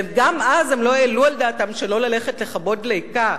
וגם אז הם לא העלו על דעתם שלא ללכת לכבות דלקה.